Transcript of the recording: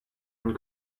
and